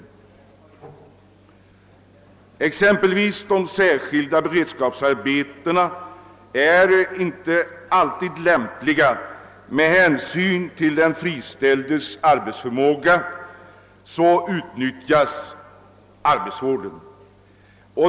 De särskilda beredskapsarbetena är t.ex. inte alltid lämpliga. Med hänsyn till den friställdes arbetsförmåga anlitas då i stället arbetsvården.